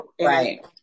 right